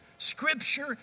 Scripture